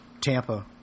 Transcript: Tampa